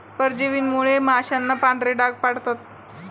परजीवींमुळे माशांना पांढरे डाग पडतात